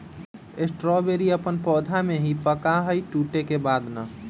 strawberry अपन पौधा में ही पका हई टूटे के बाद ना